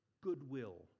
goodwill